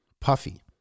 Puffy